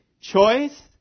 choice